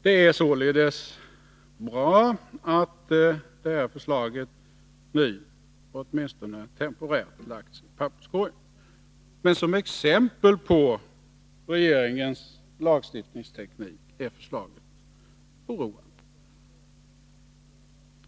Det är således bra att det här förslaget nu, åtminstone temporärt, lagts i papperskorgen. Men som exempel på regeringens lagstiftningsteknik är förslaget oroande.